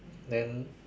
then